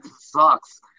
sucks